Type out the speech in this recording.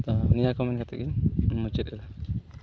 ᱛᱚ ᱱᱤᱭᱟᱹ ᱠᱚ ᱢᱮᱱ ᱠᱟᱛᱮᱜᱤᱧ ᱢᱩᱪᱟᱹᱫ ᱮᱫᱟ